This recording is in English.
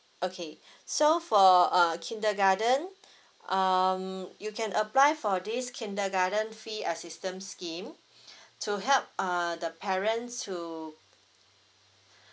okay so for uh kindergarten um you can apply for this kindergarten fee assistance scheme to help uh the parents to